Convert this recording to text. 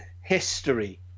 history